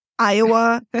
Iowa